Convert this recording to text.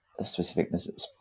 specificness